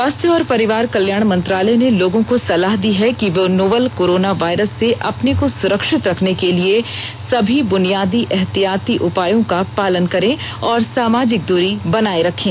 स्वास्थ्य और परिवार कल्याण मंत्रालय ने लोगों को सलाह दी है कि वे नोवल कोरोना वायरस से अपने को सुरक्षित रखने के लिए सभी बुनियादी एहतियाती उपायों का पालन करें और सामाजिक दूरी बनाए रखें